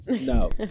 No